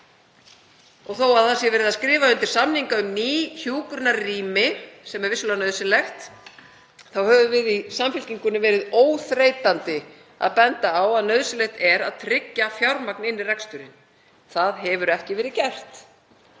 Þó að verið sé að skrifa undir samninga um ný hjúkrunarrými, sem er vissulega nauðsynlegt, þá höfum við í Samfylkingunni verið óþreytandi að benda á að nauðsynlegt er að tryggja fjármagn inn í reksturinn. Það hefur ekki verið gert.